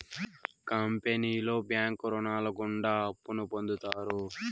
కంపెనీలో బ్యాంకు రుణాలు గుండా అప్పును పొందుతారు